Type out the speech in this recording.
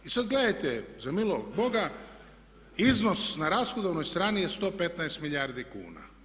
I sad gledajte za milog Boga, iznos na rashodovnoj strani je 115 milijardi kuna.